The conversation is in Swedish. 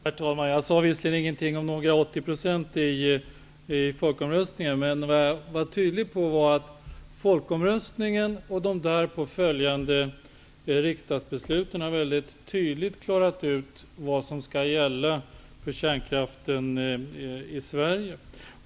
Herr talman! Jag sade visserligen inget om några 80 % i folkomröstningen. Men vad jag tydligt betonade var att folkomröstningen och de därpå följande riksdagsbesluten mycket tydligt har klarat ut vad som skall gälla för kärnkraften i Sverige.